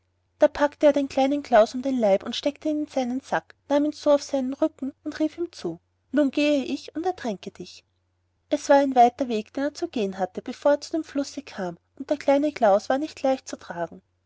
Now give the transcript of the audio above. da packte er den kleinen klaus um den leib und steckte ihn in seinen sack nahm ihn so auf seinen rücken und rief ihm zu nun gehe ich und ertränke dich es war ein weiter weg den er zu gehen hatte bevor er zu dem flusse kam und der kleine klaus war nicht leicht zu tragen